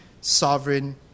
sovereign